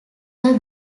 were